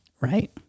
Right